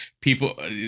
people